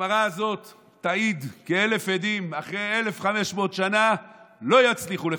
הגמרא הזאת תעיד כאלף עדים: אחרי 1,500 שנה לא יצליחו לחסל.